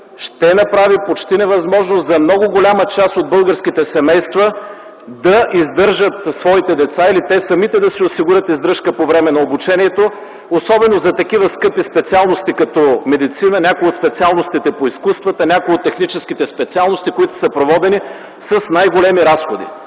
ще направи почти невъзможно за много голяма част от българските семейства да издържат своите деца, или те самите да си осигурят издръжка по време на обучението, особено за такива скъпи специалности като медицина, някои от специалностите по изкуствата, някои от техническите специалности, които са съпроводени с най-големи разходи.